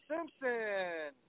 Simpson